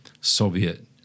Soviet